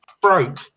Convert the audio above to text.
broke